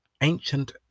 ancient